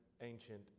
ancient